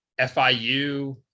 FIU